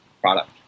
product